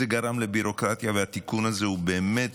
זה גרם לביורוקרטיה, והתיקון הזה הוא באמת